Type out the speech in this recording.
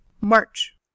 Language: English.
march